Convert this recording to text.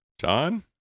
John